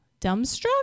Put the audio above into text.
dumbstruck